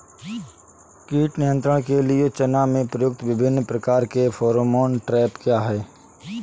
कीट नियंत्रण के लिए चना में प्रयुक्त विभिन्न प्रकार के फेरोमोन ट्रैप क्या है?